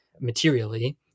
materially